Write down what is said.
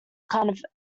kind